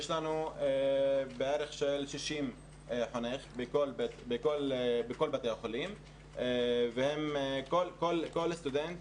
יש לנו בערך 60 חונכים בכל בתי החולים וכל סטודנט